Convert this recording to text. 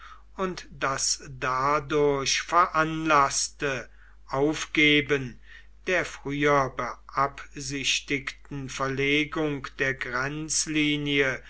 und das dadurch veranlaßte aufgeben der früher beabsichtigten verlegung der grenzlinie